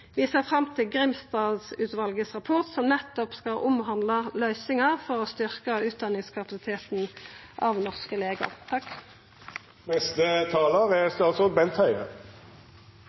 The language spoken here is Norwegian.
Vi ser fram til Grimstad-utvalets rapport, som nettopp skal omhandla løysingar for å styrkja utdanningskapasiteten av norske legar.